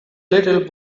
little